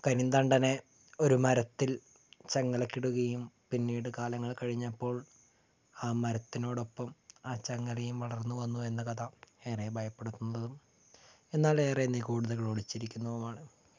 കരിന്തണ്ടനെ ഒരു മരത്തിൽ ചങ്ങലക്കിടുകയും പിന്നീട് കാലങ്ങൾ കഴിഞ്ഞപ്പോൾ ആ മരത്തിനോടൊപ്പം ആ ചങ്ങലയും വളർന്നുവന്നു എന്ന കഥ ഏറേ ഭയപ്പെടുത്തുന്നതും എന്നാൽ ഏറേ നിഗൂഢതകൾ ഒളിച്ചിരിക്കുന്നതുമാണ്